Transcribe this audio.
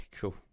cool